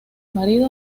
marido